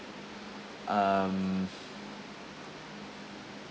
um